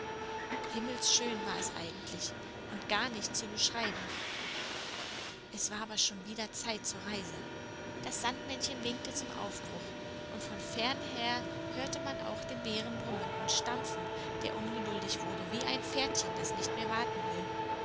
himmelsschön war es eigentlich und gar nicht zu beschreiben es war aber schon wieder zeit zur reise das sandmännchen winkte zum aufbruch und von fernher hörte man auch den bären brummen und stampfen der ungeduldig wurde wie ein pferdchen das nicht mehr warten will